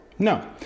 No